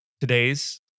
Today's